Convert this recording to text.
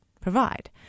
provide